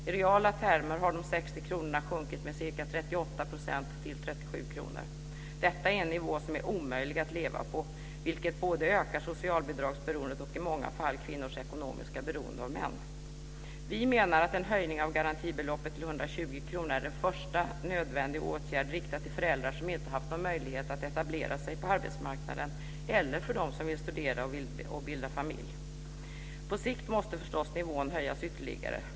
I reala termer har de 60 kronorna sjunkit med ca 38 % till 37 kr. Detta är en nivå som är omöjlig att leva på, vilket ökar både socialbidragsberoendet och i många fall kvinnors ekonomiska beroende av män. Vi menar att en höjning av garantibeloppet till 120 kr är en första nödvändig åtgärd riktad till föräldrar som inte haft någon möjlighet att etablera sig på arbetsmarknaden eller till dem som vill studera och bilda familj. På sikt måste förstås nivån höjas ytterligare.